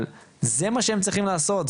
אבל זה מה שהם צריכים לעשות,